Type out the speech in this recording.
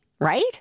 right